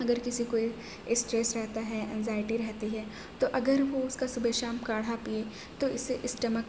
اگر کسی کوئی اسٹریس رہتا ہے اینزائیٹی رہتی ہے تو اگر وہ اس کا صبح شام کاڑھا پیے تو اس سے اسٹمک